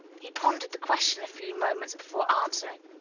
he pondered the question a few moments before answering.